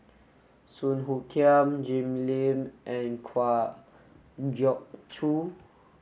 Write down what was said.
Song Hoot Kiam Jim Lim and Kwa Geok Choo